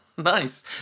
Nice